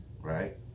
Right